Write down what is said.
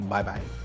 Bye-bye